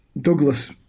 Douglas